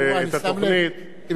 סיעתו,